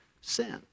sin